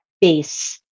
Base